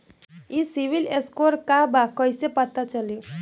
ई CIBIL score का बा कइसे पता चली?